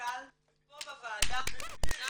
והמנכ"ל פה בוועדה.